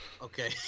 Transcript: Okay